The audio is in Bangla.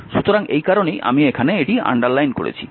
সুতরাং এই কারণেই আমি এখানে আন্ডারলাইন করেছি